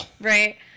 Right